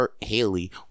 Haley